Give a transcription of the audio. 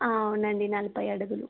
అవునండి నలభై అడుగులు